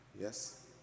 Yes